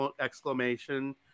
exclamation